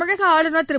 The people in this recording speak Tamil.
தமிழக ஆளுநர் திரு